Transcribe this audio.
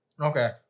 okay